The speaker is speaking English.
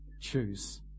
choose